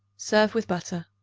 serve with butter.